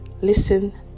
Listen